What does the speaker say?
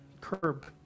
curb